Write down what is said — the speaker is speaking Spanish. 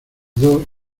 dos